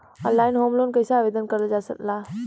Online home loan कैसे आवेदन करल जा ला?